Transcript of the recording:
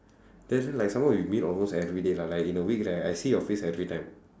then like some more we meet almost everyday lah like in a week right I see your face everytime